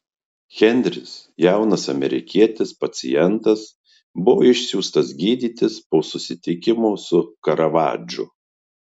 henris jaunas amerikietis pacientas buvo išsiųstas gydytis po susitikimo su karavadžu